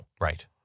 Right